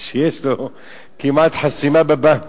שיש לו כמעט חסימה בבנק.